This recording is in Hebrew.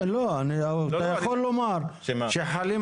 אתה יכול לומר שמבחינת התלונה חלים